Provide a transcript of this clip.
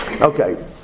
Okay